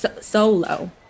Solo